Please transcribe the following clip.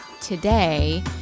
today